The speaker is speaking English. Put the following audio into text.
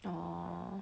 orh